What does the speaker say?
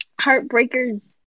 Heartbreakers